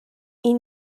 این